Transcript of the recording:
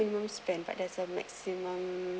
minimum spend but there's a maximum